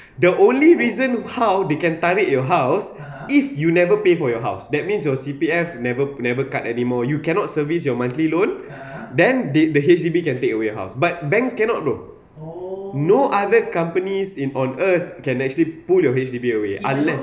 the only reason how they can tarik your house if you never pay for your house that means your C_P_F never never cut anymore you cannot service your monthly loan then the the H_D_B can take away your house but banks cannot bro no other companies in on earth can actually pull your H_D_B away unless